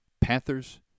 Panthers